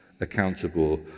accountable